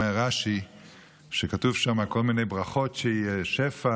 אומר רש"י שכתובות שם כל מיני ברכות: שיהיה שפע